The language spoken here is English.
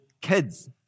kids